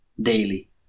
daily